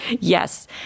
Yes